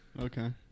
Okay